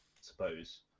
suppose